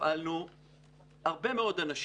הפעלנו הרבה מאוד אנשים,